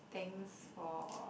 thanks for